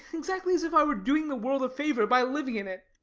exactly as if i were doing the world a favour by living in it.